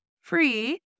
free